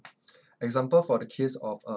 example for the case of uh